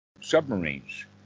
submarines